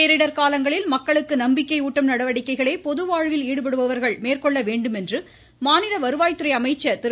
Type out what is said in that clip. பேரிடர் காலங்களில் மக்களுக்கு நம்பிக்கை ஊட்டும் நடவடிக்கைகளை பொதுவாழ்வில் ஈடுபடுவர்கள் மேற்கொள்ள வேண்டும் என்று மாநில வருவாய்த்துறை அமைச்சர் திரு